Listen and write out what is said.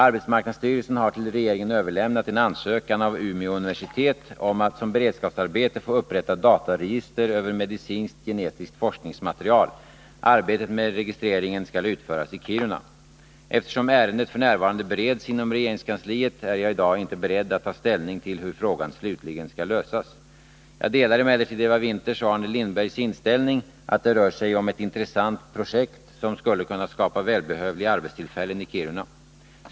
Arbetsmarknadsstyrelsen har till regeringen överlämnat en ansökan av Umeå universitet om att som beredskapsarbete få upprätta dataregister över medicinskt-genetiskt forskningsmaterial. Arbetet med registreringen skall utföras i Kiruna. Eftersom ärendet f. n. bereds inom regeringskansliet är jag i dag inte beredd att ta ställning till hur frågan slutligen skall lösas. Jag delar emellertid Eva Winthers och Arne Lindbergs inställning att det rör sig om ett intressant projekt som skulle kunna skapa välbehövliga arbetstillfällen i Kiruna.